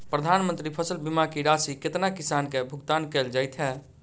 प्रधानमंत्री फसल बीमा की राशि केतना किसान केँ भुगतान केल जाइत है?